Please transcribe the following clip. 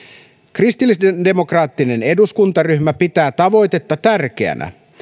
kristillisdemokraattinen eduskuntaryhmä pitää tavoitetta tärkeänä